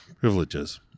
privileges